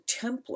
template